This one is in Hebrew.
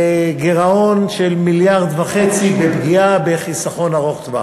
גירעון של 1.5 מיליארד בפגיעה בחיסכון ארוך טווח.